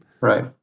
right